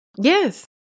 yes